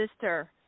sister